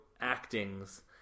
actings